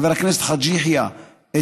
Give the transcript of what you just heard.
חבר הכנסת חאג' יחיא,